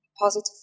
positive